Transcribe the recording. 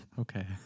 okay